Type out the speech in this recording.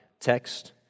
text